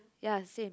ya same